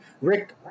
Rick